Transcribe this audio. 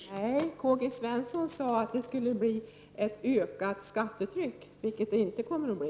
Herr talman! Nej, Karl-Gösta Svenson sade att det skulle bli ett ökat skattetryck, vilket det inte kommer att bli.